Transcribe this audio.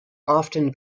often